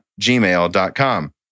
gmail.com